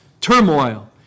turmoil